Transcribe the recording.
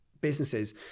businesses